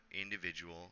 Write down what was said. individual